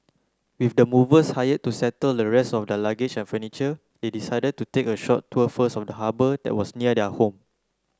with the movers hired to settle the rest of their luggage and furniture they decided to take a short tour first of the harbour that was near their home